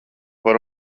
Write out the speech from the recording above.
par